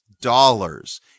dollars